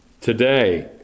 today